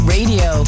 Radio